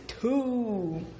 two